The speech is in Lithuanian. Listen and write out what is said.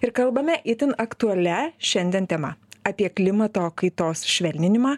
ir kalbame itin aktualia šiandien tema apie klimato kaitos švelninimą